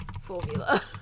formula